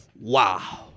wow